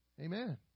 Amen